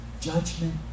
judgment